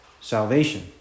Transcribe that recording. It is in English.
salvation